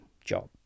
job